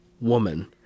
woman